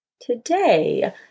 Today